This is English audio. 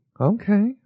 Okay